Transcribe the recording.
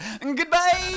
goodbye